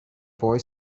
boy